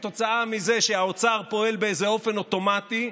וכתוצאה מזה שהאוצר פועל באופן אוטומטי,